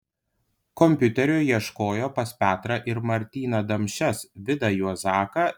kompiuterių ieškojo pas petrą ir martyną demšes vidą juozaką